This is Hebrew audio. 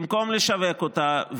ובמקום לשווק אותה,